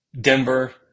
Denver